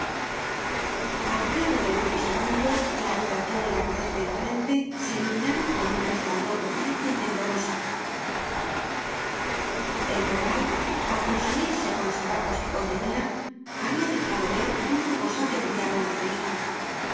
al cabo de algunos segundos la habitacion y la pared de enfrente se iluminaron con un resplandor rojizo y tembloroso content from google book search generated at el morral al consumirse con los harapos que contenia habia dejado ver una cosa que brillaba en la